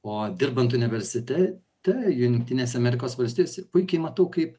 o dirbant universitete jungtinėse amerikos valstijose puikiai matau kaip